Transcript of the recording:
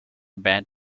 bad